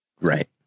Right